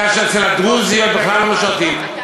כאשר אצל הדרוזים לא משרתים בכלל?